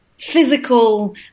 physical